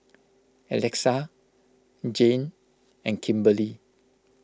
Alexa Jayne and Kimberely